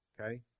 okay